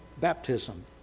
baptism